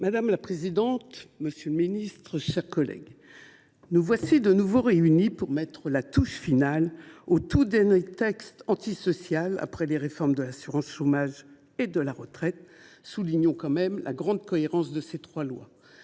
Madame la présidente, monsieur le ministre, chers collègues, nous voilà de nouveau réunis pour mettre une touche finale au tout dernier texte antisocial, après les réformes de l’assurance chômage et de la retraite soulignons la grande cohérence de ces trois lois.